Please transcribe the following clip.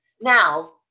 now